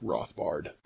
Rothbard